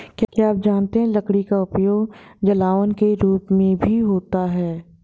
क्या आप जानते है लकड़ी का उपयोग जलावन के रूप में भी होता है?